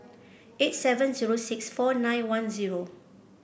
eight seven zero six four nine one zero